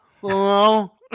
Hello